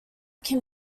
can